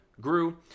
grew